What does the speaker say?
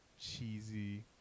cheesy